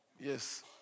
Yes